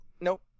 nope